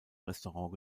restaurant